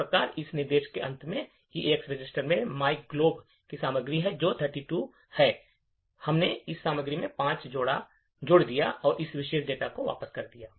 इस प्रकार इस निर्देश के अंत में ईएएक्स रजिस्टर में myglob की सामग्री है जो कि 32 है हमने इस सामग्री में 5 जोड़ दिए और इस विशेष डेटा को वापस कर दिया